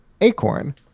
Acorn